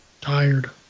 tired